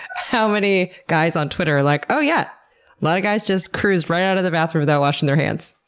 how many guys on twitter like, oh yeah, a lot of guys just cruise right out of the bathroom without washing their hands.